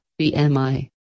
BMI